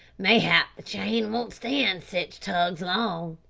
mayhap the chain won't stand sich tugs long.